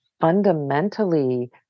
fundamentally